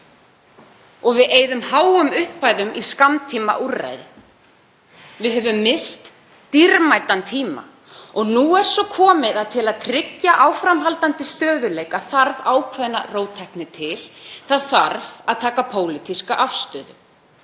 og við eyðum háum upphæðum í skammtímaúrræði. Við höfum misst dýrmætan tíma og nú er svo komið að til að tryggja áframhaldandi stöðugleika þarf ákveðna róttækni til. Það þarf að taka pólitíska afstöðu.